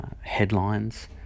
headlines